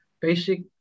basic